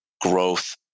growth